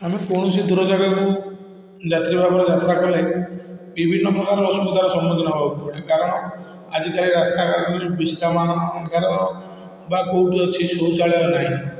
ଆମେ କୌଣସି ଦୂର ଜାଗାକୁ ଯାତ୍ରୀ ଭାବରେ ଯାତ୍ରା କଲେ ବିଭିନ୍ନପ୍ରକାର ଅସୁବିଧାର ସମ୍ମୁଖୀନ ହେବାକୁ ପଡ଼େ କାରଣ ଆଜିକାଲି ରାସ୍ତା ଘାଟରେ ବିଶ୍ରାମଗାର ବା କେଉଁଠି ଅଛି ଶୌଚାଳୟ ନାହିଁ